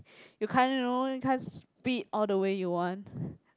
you can't you know you can't speed all the way you want